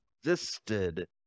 existed